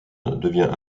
devient